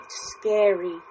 scary